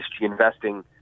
investing